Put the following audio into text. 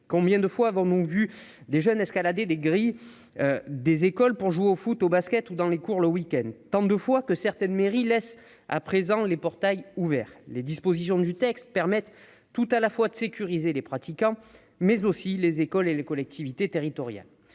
Combien de fois avons-nous vu des jeunes escalader la grille des écoles pour jouer au foot ou au basket dans la cour le week-end ? Tant de fois que certaines mairies laissent aujourd'hui les portails ouverts ! Les dispositions du texte permettent tout à la fois de sécuriser les pratiquants, mais aussi les écoles et les collectivités territoriales.